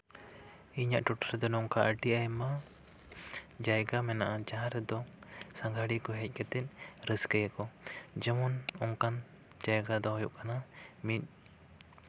ᱤᱧᱟᱹᱜ ᱴᱚᱴᱷᱟ ᱨᱮᱫᱚ ᱱᱚᱝᱠᱟ ᱟᱹᱰᱤ ᱟᱭᱢᱟ ᱡᱟᱭᱜᱟ ᱢᱮᱱᱟᱜᱼᱟ ᱡᱟᱦᱟᱸ ᱨᱮᱫᱚ ᱥᱟᱸᱜᱷᱟᱨᱤᱭᱟᱹ ᱠᱚ ᱦᱮᱡ ᱠᱟᱛᱮ ᱨᱟᱹᱥᱠᱟᱹᱭᱟ ᱠᱚ ᱡᱮᱢᱚᱱ ᱚᱱᱠᱟᱱ ᱡᱟᱭᱜᱟ ᱫᱚ ᱦᱩᱭᱩᱜ ᱠᱟᱱᱟ ᱢᱤᱫ